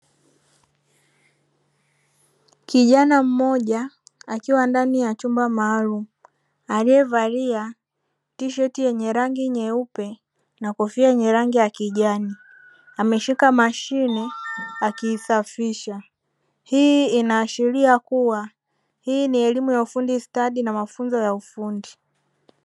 Kijana mmoja, akiwa ndani ya chumba maalumu, aliyevalia tisheti yenye rangi nyeupe na kofia yenye rangi ya kijani, ameshika mashine akiisafisha. Hii inaashiria kuwa, hii ni elimu ya ufundi stadi na mafunzo ya ufundi.